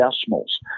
decimals